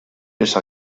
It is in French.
pièces